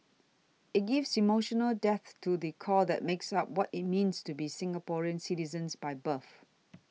it gives emotional depth to the core that makes up what it means to be Singaporean citizens by birth